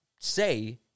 say